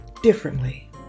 differently